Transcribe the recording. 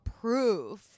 proof